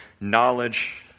knowledge